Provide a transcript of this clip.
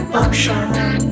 ocean